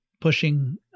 pushing